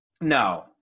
No